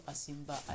Asimba